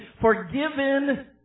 forgiven